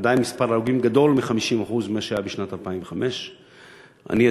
עדיין מספר ההרוגים גדול מ-50% מזה שהיה בשנת 2005. אני,